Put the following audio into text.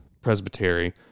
presbytery